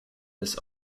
this